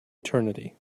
eternity